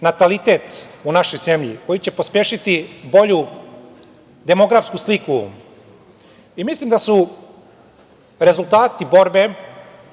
natalitet u našoj zemlji, koji će pospešiti bolju demografsku sliku i mislim da su rezultati